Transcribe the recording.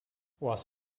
was